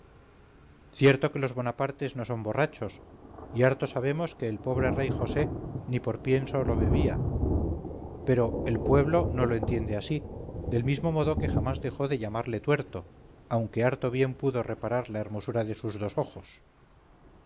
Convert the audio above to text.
cierto que los bonapartes no son borrachos y harto sabemos que el pobre rey josé ni por pienso lo bebía pero el pueblo no lo entiende así del mismo modo que jamás dejó de llamarle tuerto aunque harto bien pudo reparar la hermosura de sus dos ojos